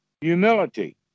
humility